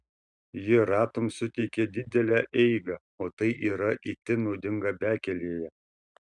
ji ratams suteikia didelę eigą o tai yra itin naudinga bekelėje